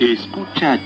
Escucha